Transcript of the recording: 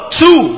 two